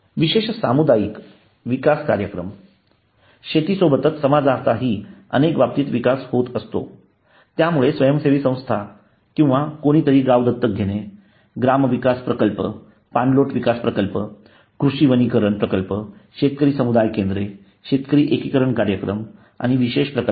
विशेष सामुदायिक विकास कार्यक्रम शेतीसोबतच समाजाचाही अनेक बाबतीत विकास होत असतो त्यामुळे स्वयंसेवी संस्था किंवा कोणीतरी गाव दत्तक घेणे ग्राम विकास प्रकल्प पाणलोट विकास प्रकल्प कृषी वनीकरण प्रकल्प शेतकरी समुदाय केंद्रे शेतकरी एकीकरण कार्यक्रम आणि विशेष प्रकल्प